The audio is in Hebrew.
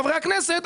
חברי הכנסת,